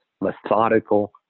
methodical